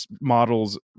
models